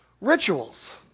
rituals